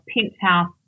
Penthouse